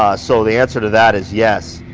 ah so the answer to that is yes.